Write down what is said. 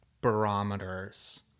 barometers